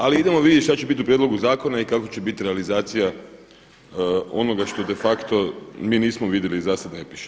Ali idemo vidjeti što će biti u prijedlogu zakona i kakva će biti realizacija onoga što de facto mi nismo vidjeli i za sada ne piše.